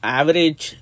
average